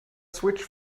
switch